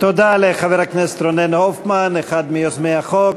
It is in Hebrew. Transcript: תודה לחבר הכנסת רונן הופמן, אחד מיוזמי החוק.